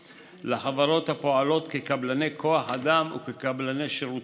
לחברות הפועלות כקבלני כוח אדם וכקבלני שירותים.